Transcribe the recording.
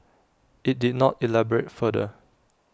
IT did not elaborate further